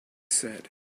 said